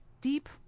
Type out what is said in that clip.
deep